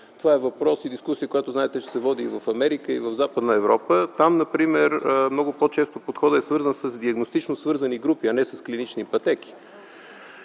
Това е въпрос и дискусия, която знаете, че се води и в Америка, и в Западна Европа. Там например много по-често подходът е свързан с диагностично свързани групи, а не с клинични пътеки.